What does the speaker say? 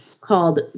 called